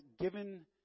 given